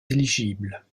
éligibles